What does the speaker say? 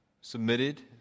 submitted